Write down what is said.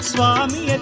Swami